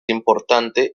importante